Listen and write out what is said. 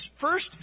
first